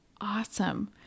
Awesome